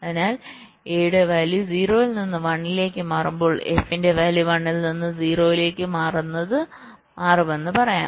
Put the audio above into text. അതിനാൽ A യുടെ value 0 ൽ നിന്ന് 1 ലേക്ക് മാറുമ്പോൾ f ന്റെ വാല്യൂ 1 ൽ നിന്ന് 0 ലേക്ക് മാറുമെന്ന് പറയാം